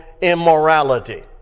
immorality